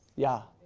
yeah.